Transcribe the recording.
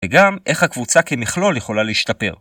‫וגם איך הקבוצה כמכלול יכולה להשתפר.